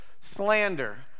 slander